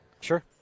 Sure